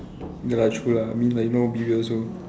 ya lah true lah I mean you know me also